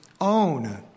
own